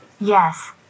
Yes